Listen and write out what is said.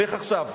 לך עכשיו.